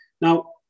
now